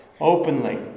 openly